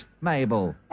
Mabel